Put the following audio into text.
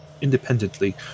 independently